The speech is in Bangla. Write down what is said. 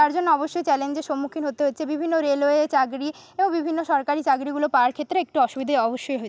তার জন্য অবশ্যই চ্যালেঞ্জের সম্মুখীন হতে হচ্ছে বিভিন্ন রেলওয়ে চাকরি ও বিভিন্ন সরকারি চাকরিগুলো পাওয়ার ক্ষেত্রে একটু অসুবিধা অবশ্যই হচ্ছে